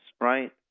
right